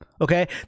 Okay